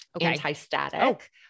anti-static